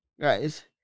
guys